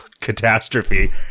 catastrophe